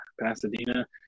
Pasadena